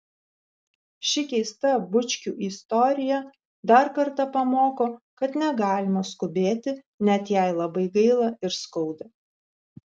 ši keista bučkių istorija dar kartą pamoko kad negalima skubėti net jei labai gaila ir skauda